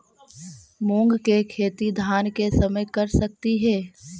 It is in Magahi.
मुंग के खेती धान के समय कर सकती हे?